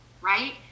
Right